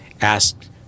asked